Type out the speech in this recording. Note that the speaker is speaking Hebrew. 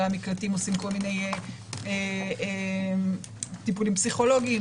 במקלטים עושים כל מיני טיפולים פסיכולוגיים,